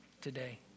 today